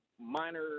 minor